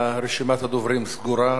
רשימת הדוברים סגורה.